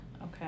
okay